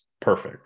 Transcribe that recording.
perfect